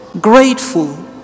grateful